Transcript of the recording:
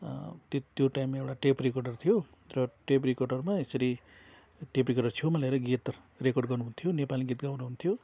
त्यो त्यो टाइममा एउटा टेप रेकर्डर थियो र टेप रेकर्डरमा यसरी टेप रेकर्डर छेउमा लिएर गीत रेकर्ड गर्नुहुन्थ्यो नेपाली गीत गाउनु हुन्थ्यो